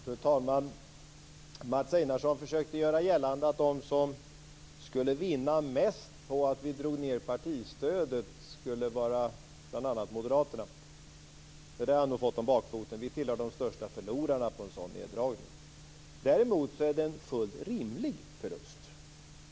Fru talman! Mats Einarsson försökte göra gällande att de som skulle vinna mest på om vi drog ned partistödet skulle vara bl.a. Moderaterna. Det där har han nog fått om bakfoten. Vi tillhör de största förlorarna vid en sådan neddragning. Däremot är det en fullt rimlig förlust.